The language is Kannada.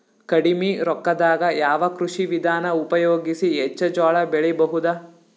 ಕಡಿಮಿ ರೊಕ್ಕದಾಗ ಯಾವ ಕೃಷಿ ವಿಧಾನ ಉಪಯೋಗಿಸಿ ಹೆಚ್ಚ ಜೋಳ ಬೆಳಿ ಬಹುದ?